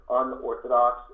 unorthodox